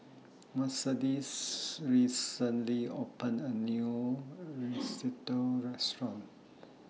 Mercedes recently opened A New Risotto Restaurant